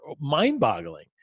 mind-boggling